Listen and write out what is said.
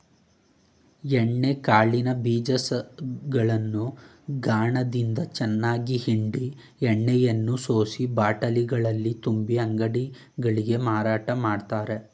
ಎಣ್ಣೆ ಕಾಳಿನ ಬೀಜಗಳನ್ನು ಗಾಣದಿಂದ ಚೆನ್ನಾಗಿ ಹಿಂಡಿ ಎಣ್ಣೆಯನ್ನು ಸೋಸಿ ಬಾಟಲಿಗಳಲ್ಲಿ ತುಂಬಿ ಅಂಗಡಿಗಳಿಗೆ ಮಾರಾಟ ಮಾಡ್ತರೆ